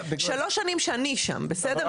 שלוש שנים שאני שם, בסדר?